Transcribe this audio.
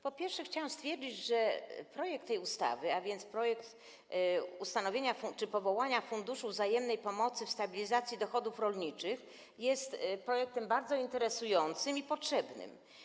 Po pierwsze, chciałam stwierdzić, że projekt tej ustawy, a więc projekt ustanowienia czy powołania Funduszu Wzajemnej Pomocy w Stabilizacji Dochodów Rolniczych, jest projektem bardzo interesującym i potrzebnym.